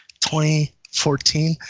2014